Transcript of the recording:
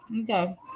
Okay